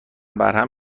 وبرهم